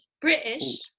British